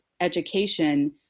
education